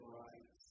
right